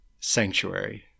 Sanctuary